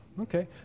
okay